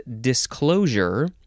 disclosure